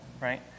right